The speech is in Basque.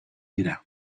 dira